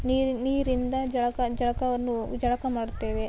ನೀರು ನೀರಿಂದ ಜಳಕ ಜಳಕವನ್ನು ಜಳಕ ಮಾಡುತ್ತೇವೆ